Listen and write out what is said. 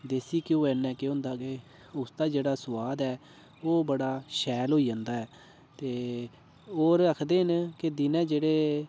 देसी घ्यौ कन्नै केह् होंदा के उसदा जेह्ड़ा सुआद ऐ ओह् बड़ा शैल होई जंदा ऐ ते होर आखदे न कि दिनें जेह्ड़े